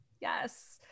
Yes